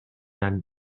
han